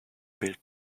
built